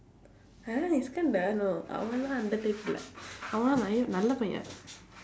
uh iskandar no அவன் எல்லாம் அந்த:avan ellaam andtha type இல்ல அவன் எல்லாம் நல்ல பையன்:illa avan ellaam nalla paiyan